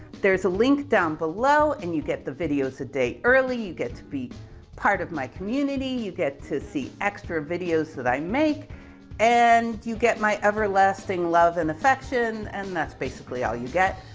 there's a link down below and you get the videos a day early. you get to be part of my community. you get to see extra videos that i make and you get my everlasting love and affection. and that's basically all you get,